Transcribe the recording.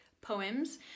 poems